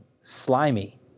slimy